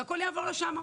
והכול יעבור לשם.